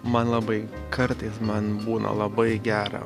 man labai kartais man būna labai gera